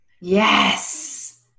Yes